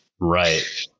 Right